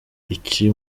iki